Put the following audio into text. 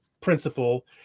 principle